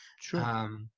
Sure